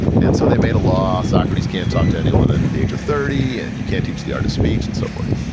and so they made a law socrates can't talk to anyone and under the age of thirty, and you can't teach the art of speech and so forth.